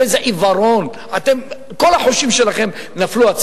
עובדי קבלן לא ששים להגיש